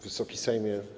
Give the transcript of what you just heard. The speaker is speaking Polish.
Wysoki Sejmie!